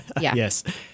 Yes